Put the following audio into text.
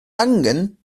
angen